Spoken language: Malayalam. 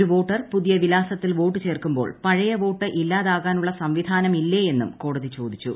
ഒരു വോട്ടർ പുതിയ വിലാസത്തിൽ വോട്ട് ചേർക്കുമ്പോൾ പഴയ വോട്ട് ഇല്ലാതാകാനുള്ള സംവിധാനം ഇല്ലേ എന്നും കോടതി ചോദിച്ചു